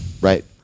right